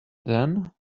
then